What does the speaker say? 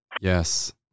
Yes